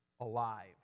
alive